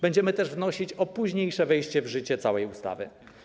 Będziemy też wnosić o późniejsze wejście w życie całej ustawy.